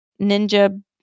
Ninja